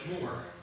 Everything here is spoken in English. more